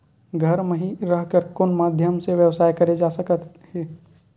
घर म हि रह कर कोन माध्यम से व्यवसाय करे जा सकत हे?